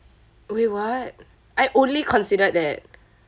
wait what I only considered that